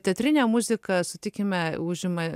teaterinė muzika sutikime užima